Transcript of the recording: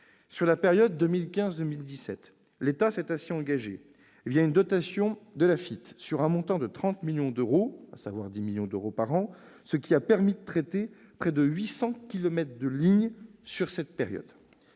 Sur la période 2015-2017, l'État s'est ainsi engagé, une dotation de l'AFITF, sur un montant de 30 millions d'euros, soit 10 millions d'euros par an, ce qui a permis de traiter près de 800 kilomètres de lignes sur cette période.